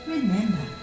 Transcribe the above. Remember